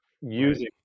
using